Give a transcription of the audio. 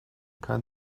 kann